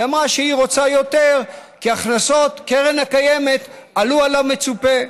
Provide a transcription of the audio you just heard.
היא אמרה שהיא רוצה יותר כי הכנסות קרן הקיימת עלו על המצופה.